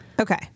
Okay